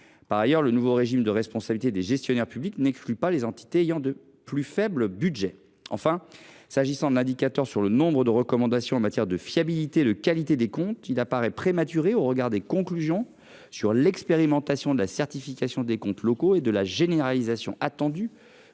Par ailleurs, le nouveau régime de responsabilité des gestionnaires publics n’exclut pas les entités ayant de plus faibles budgets. Enfin, la mise en place d’un indicateur sur le nombre de recommandations en matière de fiabilité et de qualité des comptes paraît prématurée, au regard des conclusions sur l’expérimentation de la certification des comptes locaux et de la généralisation attendue